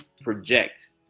project